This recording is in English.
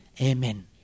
Amen